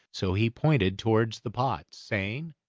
so he pointed towards the pots, saying,